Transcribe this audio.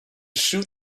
shoot